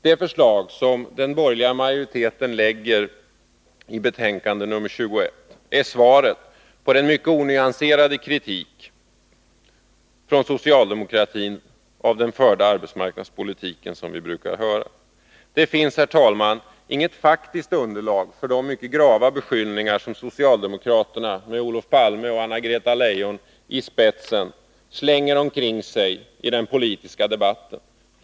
De förslag som den borgerliga majoriteten lägger fram i betänkande 21 är svaret på den mycket onyanserade kritik av den förda arbetsmarknadspolitiken som vi brukar höra från socialdemokratin. Det finns, herr talman, inget faktiskt underlag för de mycket grava beskyllningar som socialdemokraterna med Olof Palme och Anna-Greta Leijon i spetsen slänger omkring sig i den politiska debatten.